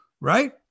right